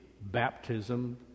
baptism